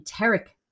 enteric